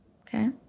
Okay